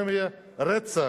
אצלכם יהיה רצח,